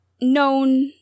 known